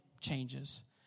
changes